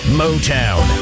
motown